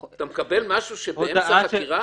אתה מקבל משהו באמצע חקירה?